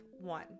one